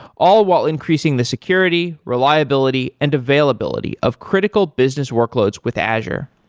all while increasing the security, reliability and availability of critical business workloads with azure.